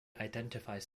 identifies